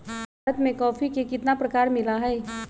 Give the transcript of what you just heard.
भारत में कॉफी के कितना प्रकार मिला हई?